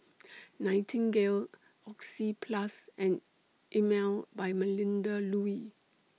Nightingale Oxyplus and Emel By Melinda Looi